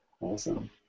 Awesome